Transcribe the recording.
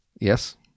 Yes